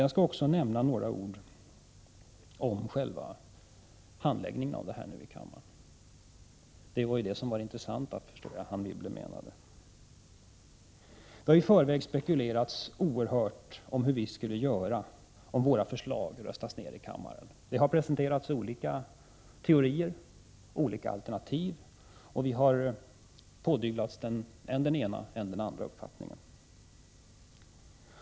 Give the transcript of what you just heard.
Jag skall också säga några ord om handläggningen av detta ärende i kammaren -— det var tydligen det som var det intressanta, enligt Anne Wibble. Det har i förväg spekulerats oerhört mycket om hur vi i vpk skulle göra om våra förslag röstades ner i kammaren. Det har presenterats olika teorier och olika alternativ, och vi har pådyvlats än den ena och än den andra uppfattningen.